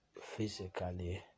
physically